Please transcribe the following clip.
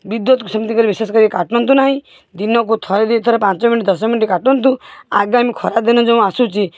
ବିଦ୍ୟୁତ ସେମିତି କରି ବିଶେଷ କରି କାଟନ୍ତୁ ନାହିଁ ଦିନକୁ ଥରେ ଦୁଇ ଥର ପାଞ୍ଚ ମିନିଟ୍ ଦଶ ମିନିଟ୍ କାଟନ୍ତୁ ଆଗାମୀ ଖରାଦିନ ଯେଉଁ ଆସୁଛି